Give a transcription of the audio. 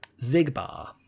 Zigbar